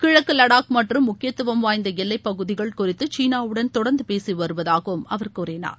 கிழக்கு லடாக் மற்றும் முக்கியத்துவம் வாய்ந்த எல்லைப் பகுதிகள் குறித்து சீனாவுடன் தொடர்ந்து பேசி வருவதாகவும் அவர் கூறினார்